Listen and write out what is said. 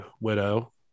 Widow